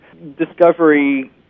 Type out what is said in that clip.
Discovery